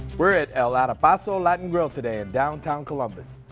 we're at al arepazo latin grill today in downtown columbus.